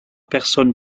personnes